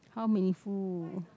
how meaningful